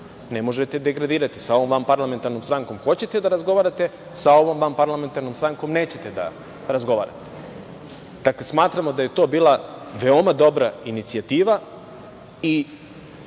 ne možete je degradirati - sa ovom parlamentarnom strankom hoćete da razgovarate, a sa ovom vanparlamentarnom strankom nećete da razgovarate. Dakle, smatramo da je to bila veoma dobra inicijativa i